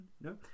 no